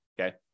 Okay